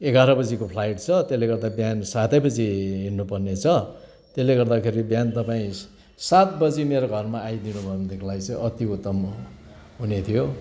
एघार बजीको फ्लाइट छ त्यसले गर्दा बिहान सातै बजी हिँड्नु पर्नेछ त्यसले गर्दाखेरि बिहान तपाईँ सात बजी मेरो घरमा आइदिनु भयो भनेदेखिलाई चाहिँ अति उत्तम हुने थियो